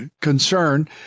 concern